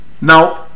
Now